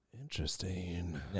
Interesting